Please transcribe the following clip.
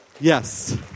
Yes